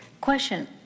Question